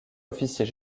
officier